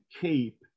keep